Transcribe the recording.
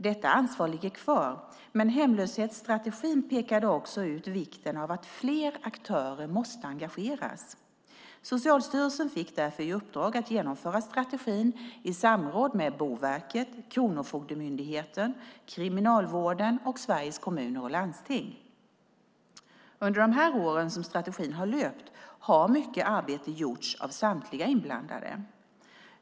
Detta ansvar ligger kvar, men hemlöshetsstrategin pekade också ut vikten av att fler aktörer måste engageras. Socialstyrelsen fick därför i uppdrag att genomföra strategin i samråd med Boverket, Kronofogdemyndigheten, Kriminalvården och Sveriges Kommuner och Landsting. Under de här åren som strategin har löpt har mycket arbete gjorts av samtliga inblandade.